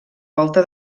volta